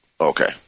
Okay